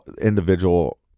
individual